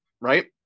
right